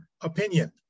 opinion